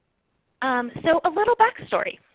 um so a little back story,